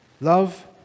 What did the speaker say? love